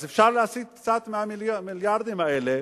אז אפשר להסיט קצת מהמיליארדים האלה